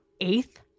eighth